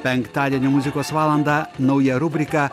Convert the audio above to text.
penktadienio muzikos valandą nauja rubrika